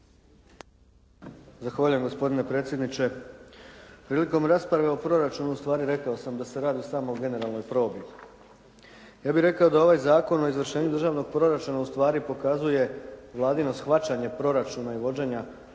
Zahvaljujem gospodine predsjedniče. Prilikom rasprave o proračunu ustvari rekao sam da se radi samo o generalnoj probi. Ja bih rekao da ovaj Zakon o izvršenju državnog proračuna ustvari pokazuje Vladino shvaćanje proračuna i vođenja